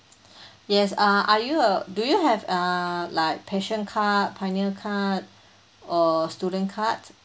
yes uh are you a do you have uh like passion card pioneer card or student card